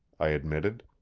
i admitted.